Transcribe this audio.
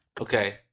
Okay